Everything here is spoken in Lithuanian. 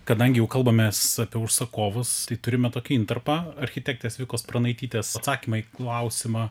kadangi jau kalbamės apie užsakovus tai turime tokį intarpą architektės vikos pranaitytės atsakymai į klausimą